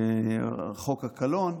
חוק הקלון.